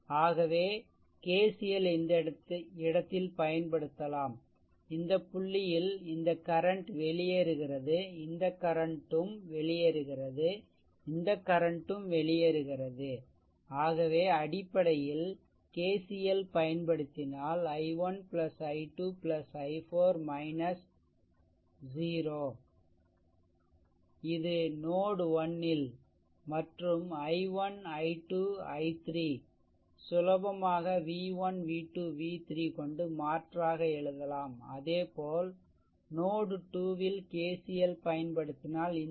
ஆகவே KCL இந்த இடத்தில் பயன்படுத்தலாம் இந்த புள்ளியில் இந்த கரண்ட் வெளியேறுகிறது இந்த கரண்ட் ம் வெளியேறுகிறது இந்த கரண்ட் ம் வெளியேறுகிறது ஆகவே அடிப்படையில் KCL பயன்படுத்தினால் i1 i2 i4 0 இது நோட் 1 ல் மற்றும் i1 i2 i3 சுலபமாக v1 v2 v 3 கொண்டு மாற்றாக எழுதலாம் அதேபோல் நோட்2 ல் KCL பயன்படுத்தினால் இந்த